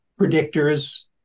predictors